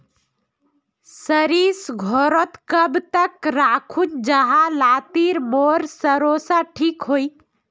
सरिस घोरोत कब तक राखुम जाहा लात्तिर मोर सरोसा ठिक रुई?